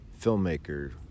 filmmaker